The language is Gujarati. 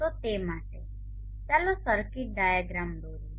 તો તે માટે ચાલો સર્કિટ ડાયાગ્રામ દોરીએ